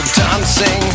dancing